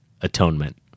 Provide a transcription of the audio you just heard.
atonement